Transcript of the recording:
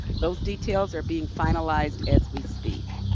those details are being finalized as we speak.